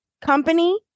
Company